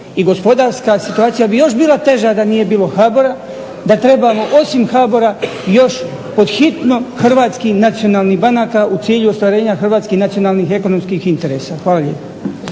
i gospodarska situacija bi još bila teža da nije bilo HBOR-a, da trebamo osim HBOR-a još pod hitno hrvatskih nacionalnih banaka u cilju ostvarenja hrvatskih nacionalnih ekonomskih interesa. Hvala lijepa.